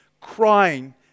crying